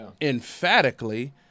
emphatically